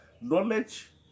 knowledge